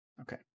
Okay